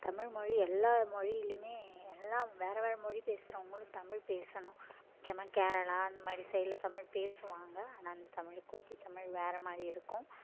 தமிழ் மொழி எல்லா மொழிலியுமே எல்லா வேறே வேறே மொழி பேசுகிறவங்களும் தமிழ் பேசணும் முக்கியமாக கேரளா அந்த மாதிரி சைடில் தமிழ் பேசுவாங்க ஆனால் அந்த தமிழ் கொச்சை தமிழ் வேறே மாதிரி இருக்கும்